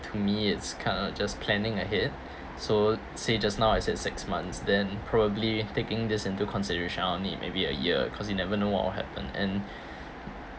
to me it's kind of just planning ahead so say just now I said six months then probably taking these into consideration I'll need maybe a year cause you never know what will happen and